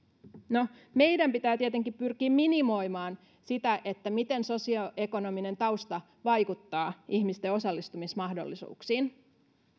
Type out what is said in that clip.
meidän pitää tietenkin pyrkiä minimoimaan sitä miten sosioekonominen tausta vaikuttaa ihmisten osallistumismahdollisuuksiin